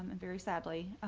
very sadly,